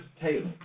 Taylor